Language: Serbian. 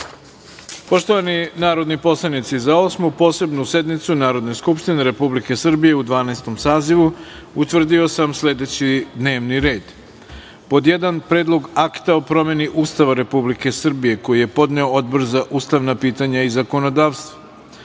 narodni poslanici, za Osmu posebnu sednicu Narodne skupštine Republike Srbije u Dvanaestom sazivu, utvrdio sam sledećiD n e v n i r e d1. Predlog akta o promeni Ustava Republike Srbije, koji je podneo Odbor za ustavna pitanja i zakonodavstvo;2.